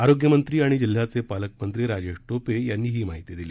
आरोग्य मंत्री आणि जिल्ह्याचे पालकमंत्री राजेश टोपे यांनी ही माहिती दिली